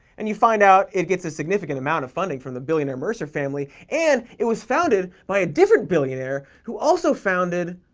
and you find out it gets a significant amount of funding from the billionaire mercer family, and it was founded by a different billionaire who also founded.